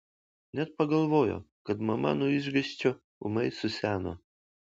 net pagalvojo kad mama nuo išgąsčio ūmai suseno